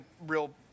real